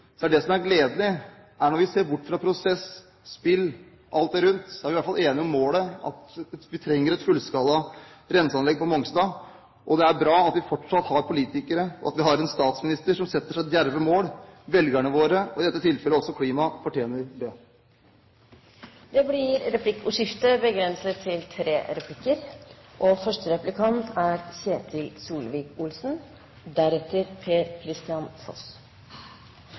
er det som er gledelig, når vi ser bort fra prosess, spill, alt det rundt, at vi i hvert fall er enige om målet – at vi trenger et fullskala renseanlegg på Mongstad. Det er bra at vi fortsatt har politikere og en statsminister som setter seg djerve mål. Velgerne våre, og i dette tilfellet også klimaet, fortjener det. Det blir replikkordskifte.